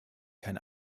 kein